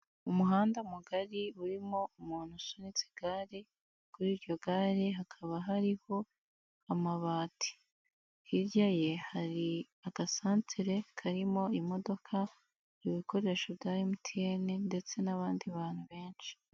Umuhanda mugari urimo umuntu usunitse igare kuri iryo gare hakaba hariho amabati, hirya ye hari agasantire karimo imodoka, ibikoresho bya MTN ndetse n'abandi bantu benshi.